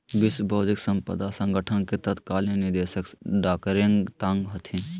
विश्व बौद्धिक साम्पदा संगठन के तत्कालीन निदेशक डारेंग तांग हथिन